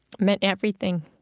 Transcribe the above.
meant everything.